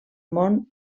món